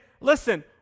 listen